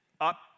up